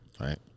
right